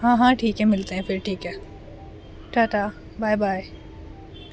ہاں ہاں ٹھیک ہے ملتے ہیں پھر ٹھیک ہے ٹٹا بائے بائے